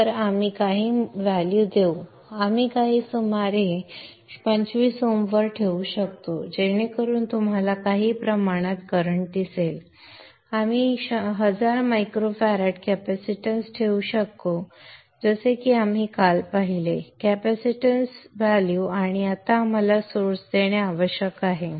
तर आम्ही काही मूल्य देऊ आपण हे सुमारे 25 ohms वर ठेवू शकतो जेणेकरून तुम्हाला काही प्रमाणात करंट दिसेल आपण 1000 मायक्रो फॅराड कॅपॅसिटन्स ठेवू जसे की आपण काल पाहिले कॅपॅसिटन्स मूल्य आणि आता आम्हाला सोर्स देणे आवश्यक आहे